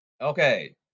Okay